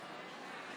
ד'